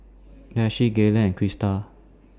Daisye Galen and Krysta